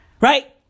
Right